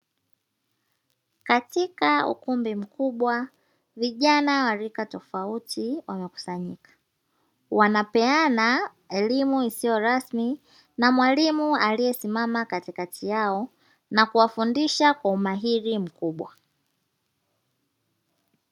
Katika ukumbi mkubwa, vijana wa rika tofauti wamekusanyika. Wanapeana elimu isiyo rasmi na mwalimu aliyesimama katikati yao na kuwafundisha kwa umahiri mkubwa.